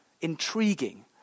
intriguing